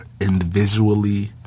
individually